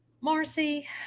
Marcy